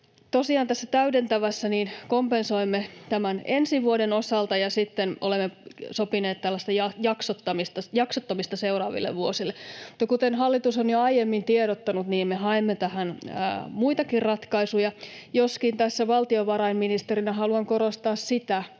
tässä täydentävässä kompensoimme tämän ensi vuoden osalta ja sitten olemme sopineet jaksottamisesta seuraaville vuosille. Mutta kuten hallitus on jo aiemmin tiedottanut, me haemme tähän muitakin ratkaisuja, joskin tässä valtiovarainministerinä haluan korostaa sitä,